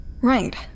Right